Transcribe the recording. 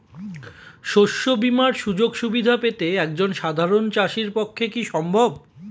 শস্য বীমার সুযোগ সুবিধা পেতে একজন সাধারন চাষির পক্ষে কি সম্ভব?